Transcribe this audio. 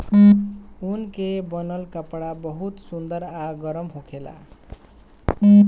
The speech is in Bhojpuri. ऊन के बनल कपड़ा बहुते सुंदर आ गरम होखेला